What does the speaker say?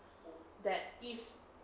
that if